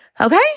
Okay